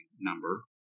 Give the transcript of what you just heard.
number